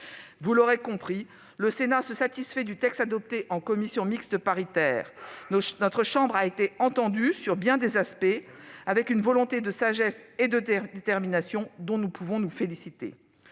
Vous l'aurez compris, le Sénat se satisfait du texte adopté en commission mixte paritaire. Notre chambre a été entendue sur bien des aspects, en manifestant une volonté de sagesse et de détermination dont nous pouvons nous féliciter.